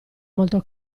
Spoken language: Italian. molto